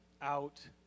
out